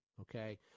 okay